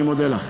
אני מודה לך.